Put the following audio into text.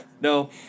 No